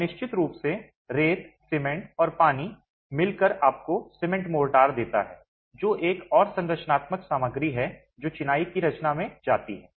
और निश्चित रूप से रेत सीमेंट और पानी मिलकर आपको सीमेंट मोर्टार देता है जो एक और संरचनात्मक सामग्री है जो चिनाई की रचना में जाती है